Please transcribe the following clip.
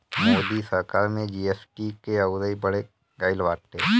मोदी सरकार में जी.एस.टी के अउरी बढ़ गईल बाटे